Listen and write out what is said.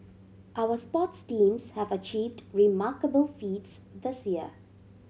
our sports teams have achieved remarkable feats this year